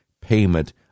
Payment